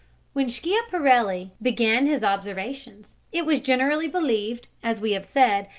when schiaparelli began his observations it was generally believed, as we have said,